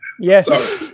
Yes